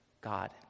God